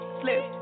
slip